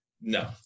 No